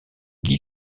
guy